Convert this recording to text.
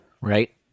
Right